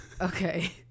Okay